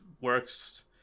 works